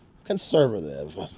Conservative